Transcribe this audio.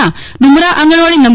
ના ડુમરા આંગણવાડી નં